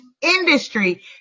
industry